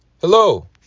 Hello